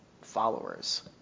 followers